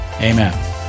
Amen